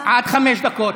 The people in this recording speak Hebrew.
עד חמש דקות.